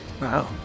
Wow